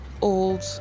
old